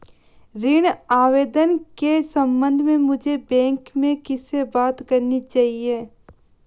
ऋण आवेदन के संबंध में मुझे बैंक में किससे बात करनी चाहिए?